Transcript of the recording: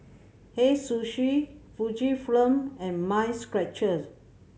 Hei Sushi Fujifilm and Mind Stretchers